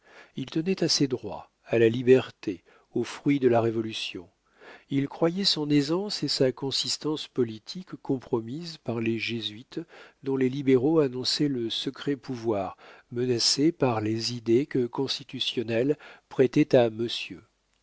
il tenait à ses droits à la liberté aux fruits de la révolution il croyait son aisance et sa consistance politique compromises par les jésuites dont les libéraux annonçaient le secret pouvoir menacées par les idées que le constitutionnel prêtait à monsieur